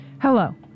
Hello